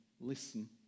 listen